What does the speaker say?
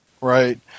Right